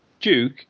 Duke